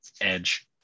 edge